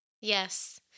Yes